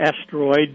asteroid